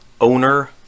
owner